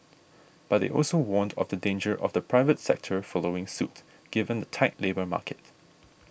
but they also warned of the danger of the private sector following suit given the tight labour market